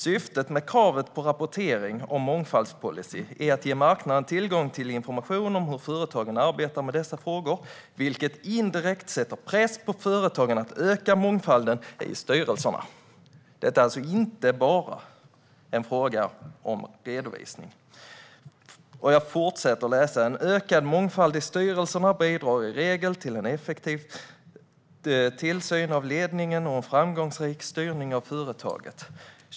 "Syftet med kravet på rapportering om mångfaldspolicy är att ge marknaden tillgång till information om hur företagen arbetar med dessa frågor, vilket indirekt sätter press på företagen att öka mångfalden i styrelserna." Detta är alltså inte bara en fråga om redovisning. Jag fortsätter att läsa: "En ökad mångfald i styrelsen bidrar i regel till en effektiv tillsyn av ledningen och en framgångsrik styrning av företaget.